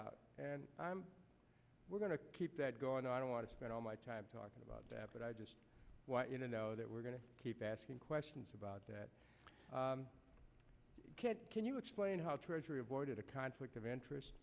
bailout and we're going to keep that going i don't want to spend all my time talking about that but i just want you to know that we're going to keep asking questions about that can you explain how treasury avoided a conflict of interest